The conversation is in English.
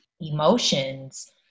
emotions